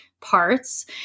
parts